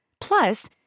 Plus